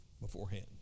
beforehand